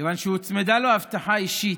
כיוון שהוצמדה לו הבטחה אישית,